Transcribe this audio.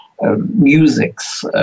musics